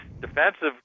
defensive